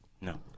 No